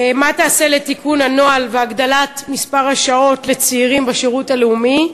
1. מה תעשה לתיקון הנוהל ולהגדלת מספר השעות לצעירים בשירות הלאומי?